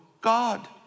God